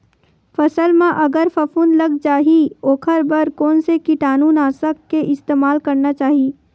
फसल म अगर फफूंद लग जा ही ओखर बर कोन से कीटानु नाशक के इस्तेमाल करना चाहि?